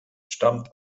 stammt